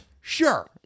sure